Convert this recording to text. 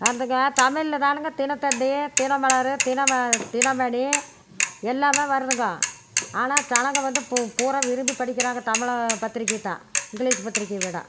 அந்தகா தமிழில் தானுங்க தினத்தந்தி தினமலர் தினம தினமணி எல்லாமே வருதுங்கோ ஆனால் ஜனங்க வந்து பூ பூரா விரும்பி படிக்கிறாங்க தமிழை பத்திரிக்கைதான் இங்கிலீஷ் பத்திரிக்கை விட